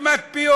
סתימת פיות.